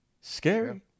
scary